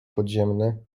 podziemne